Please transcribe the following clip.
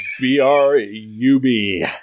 B-R-U-B